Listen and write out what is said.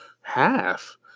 half